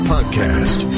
Podcast